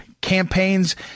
campaigns